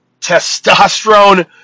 testosterone